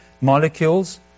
molecules